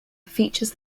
features